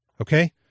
Okay